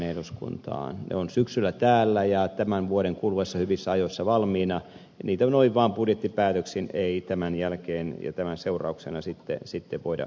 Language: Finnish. ne ovat syksyllä täällä ja tämän vuoden kuluessa hyvissä ajoin valmiina ja niitä noin vaan budjettipäätöksin ei tämän jälkeen ja tämän seurauksena sitten voida muuttaa